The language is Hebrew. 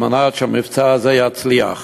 כדי שהמבצע הזה יצליח.